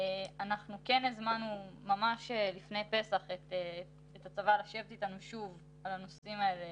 אנחנו כן הזמנו ממש לפני פסח את הצבא לשבת איתנו שוב על הנושאים האלה